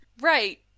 right